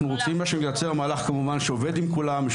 אנחנו רוצים לייצר מהלך שעובד עם כולם,